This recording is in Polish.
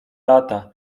lata